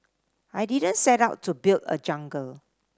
I didn't set out to build a jungle